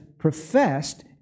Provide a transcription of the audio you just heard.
professed